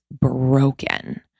broken